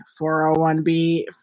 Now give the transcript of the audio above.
401B